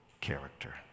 character